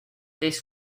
this